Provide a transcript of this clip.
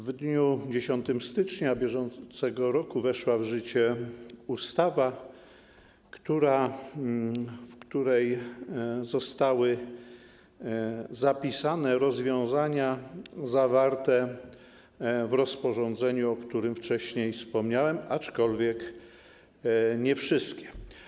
W dniu 10 stycznia br. weszła w życie ustawa, w której zostały zapisane rozwiązania zawarte w rozporządzeniu, o którym wcześniej wspomniałem, aczkolwiek nie wszystkie.